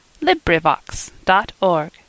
LibriVox.org